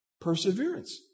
perseverance